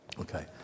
Okay